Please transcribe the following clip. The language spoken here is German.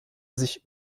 sich